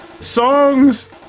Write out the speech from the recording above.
Songs